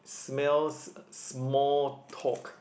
smells uh small talk